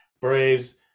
braves